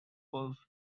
was